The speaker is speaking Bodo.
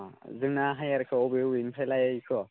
जोंना हायेरखौ अबे अबेनिफ्राय लायखो